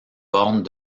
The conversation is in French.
bornes